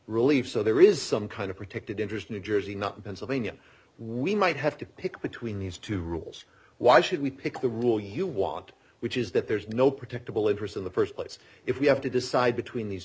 relief so there is some kind of protected interest in new jersey not pennsylvania we might have to pick between these two rules why should we pick the rule you want which is that there's no protectable interest in the st place if we have to decide between these